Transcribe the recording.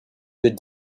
good